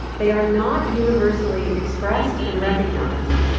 they are not universally expressed and recognized.